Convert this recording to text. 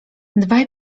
dwaj